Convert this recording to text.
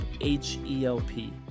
H-E-L-P